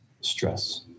stress